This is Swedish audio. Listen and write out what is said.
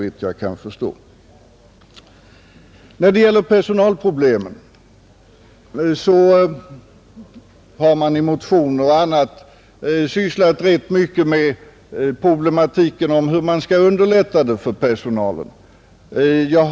I motioner och annat har man sysslat rätt mycket med problematiken hur man skall underlätta det för den flyttningshotade personalen.